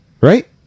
Right